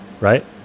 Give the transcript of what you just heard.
right